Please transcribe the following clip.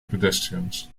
pedestrians